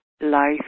life